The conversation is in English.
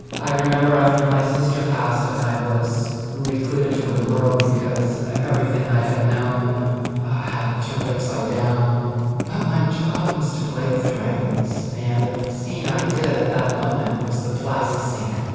i remember after my sister passed and i was recluded from the world because everything i had known had turned upside down but my job was to play with dragons and the scene i did at that moment was the plaza scene